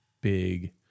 big